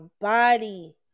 body